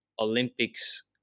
Olympics